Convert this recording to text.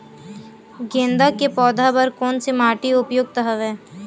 गेंदा के पौधा बर कोन से माटी उपयुक्त हवय?